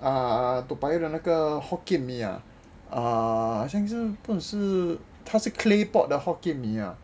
ah ah toa payoh 的那个 hokkien mee ah err 好像是不懂是他是 clay pot the hokkien mee ah